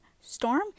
Storm